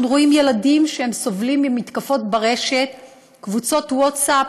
אנחנו רואים ילדים שסובלים ממתקפות ברשת או בקבוצות ווטסאפ,